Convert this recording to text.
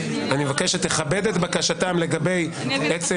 אני אבקש שתכבד את בקשתם לגבי עצם